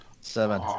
Seven